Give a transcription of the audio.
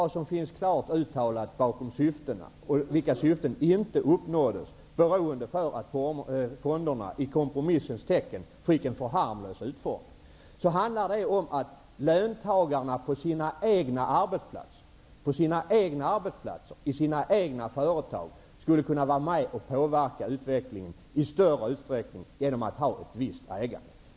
Det finns klart uttalat bakom syftena -- vilka inte uppnåddes, beroende på att fonderna i kompromissens tecken fick en för harmlös utformning -- att löntagarna på sina egna arbetsplatser, i sina egna företag, skulle kunna vara med och påverka utvecklingen i större utsträckning genom ett visst ägande.